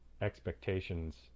expectations